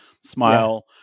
smile